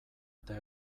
eta